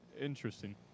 Interesting